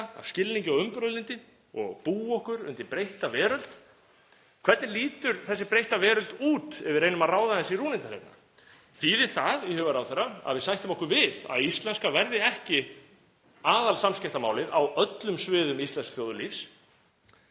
af skilningi og umburðarlyndi og búa okkur undir breytta veröld. Hvernig lítur þessi breytta veröld út ef við reynum að ráða aðeins í rúnirnar? Þýðir það í huga ráðherra að við sættum okkur við að íslenska verði ekki aðalsamskiptamálið á öllum sviðum íslensks þjóðlífs?